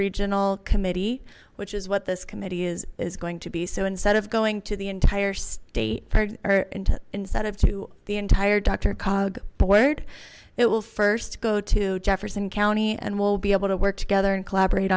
regional committee which is what this committee is is going to be so instead of going to the entire state instead of to the entire dr cogged where'd it will first go to jefferson county and will be able to work together and collaborate